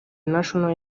national